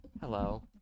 Hello